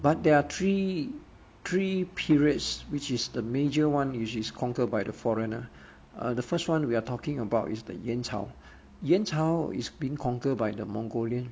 but there are three three periods which is the major one which is conquered by the foreigner uh the first one we are talking about is the 元朝元朝 is being conquered by the mongolian